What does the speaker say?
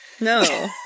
No